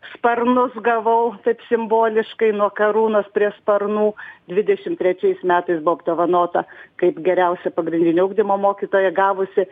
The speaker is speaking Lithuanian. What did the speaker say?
sparnus gavau taip simboliškai nuo karūnos prie sparnų dvidešim trečiais metais buvau apdovanota kaip geriausia pagrindinio ugdymo mokytoja gavusi